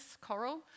Coral